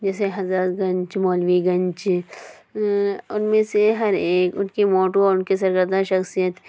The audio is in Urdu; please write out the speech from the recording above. جیسے حضرت گنج مولوی گنج ان میں سے ہر ایک ان کی موٹو اور ان کی سرکردہ شخصیت